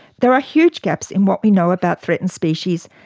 there are huge gaps in what we know about threatened species,